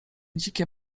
dzikie